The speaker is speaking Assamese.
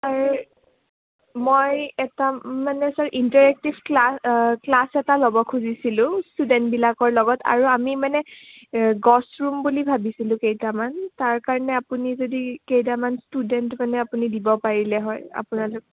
আৰু মই এটা মানে ইণ্টাৰএক্টিভ ক্লাছ এটা ল'ব খুজিছিলোঁ ষ্টুডেণ্টবিলাকৰ লগত আৰু আমি মানে গছ ৰুম বুলি ভাবিছিলোঁ কেইটামান তাৰ কাৰণে আপুনি যদি কেইটামান ষ্টুডেণ্ট মানে আপুনি দিব পাৰিলে হয় আপোনালোক